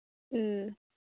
ꯎꯝ